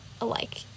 alike